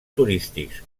turístics